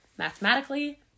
Mathematically